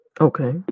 okay